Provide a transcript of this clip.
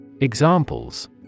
Examples